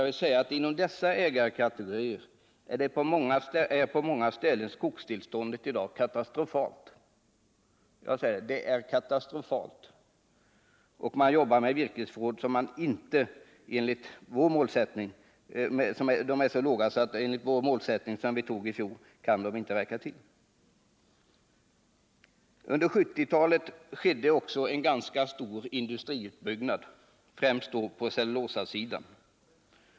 Tillståndet för dessa ägarkategoriers skogsinnehav är på många ställen — låt mig understryka det — katastrofalt. Vi har virkesförråd som är alltför små för att motsvara den målsättning som riksdagen antog i fjol. Under 1970-talet skedde också en ganska stor industriutbyggnad, främst på cellulosaområdet.